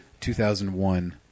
2001